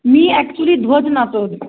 मी actually ध्वज नाचवते